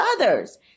others